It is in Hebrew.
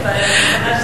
בבקשה.